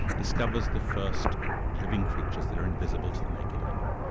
discovers the first living creatures that are invisible to the naked eye.